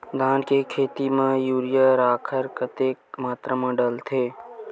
धान के खेती म यूरिया राखर कतेक मात्रा म डलथे?